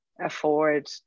afford